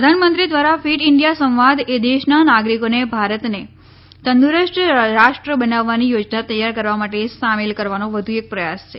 પ્રધાનમંત્રી દ્વારા fit India સંવાદ એ દેશના નાગરિકોને ભારતને તંદુરસ્ત રાષ્ટ્ર બનાવવાની યોજના તૈયાર કરવા માટે સામેલ કરવાનો વધુ એક પ્રયાસ છે